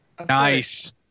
Nice